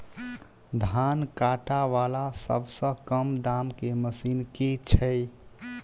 धान काटा वला सबसँ कम दाम केँ मशीन केँ छैय?